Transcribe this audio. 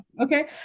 okay